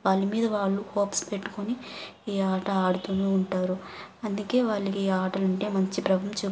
వాళ్ళ మీద వాళ్ళు హోప్స్ పెట్టుకొని ఈ ఆట ఆడుతూనే ఉంటారు అందుకే వాళ్ళకి ఈ ఆటలంటే ఉంటే మంచి ప్రభావం చూ